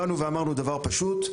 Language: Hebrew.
באנו ואמרנו דבר פשוט,